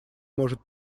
может